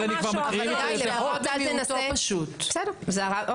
אתה תנסה --- זה הרע במיעוטו פשוט.